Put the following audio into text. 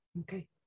Okay